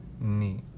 neat